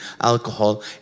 alcohol